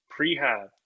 prehab